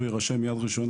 הוא יירשם כ"יד ראשונה",